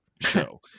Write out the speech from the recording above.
show